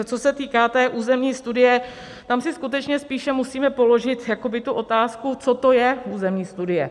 Co se týká té územní studie, tam si skutečně spíše musíme položit jakoby tu otázku, co to je územní studie.